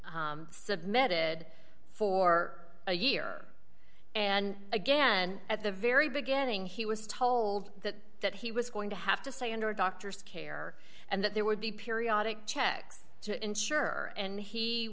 information submitted for a year and again at the very beginning he was told that he was going to have to say under doctor's care and that there would be periodic checks to ensure and he